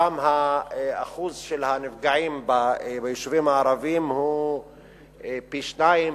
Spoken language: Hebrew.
ושם שיעור הנפגעים ביישובים הערביים הוא פי-שניים,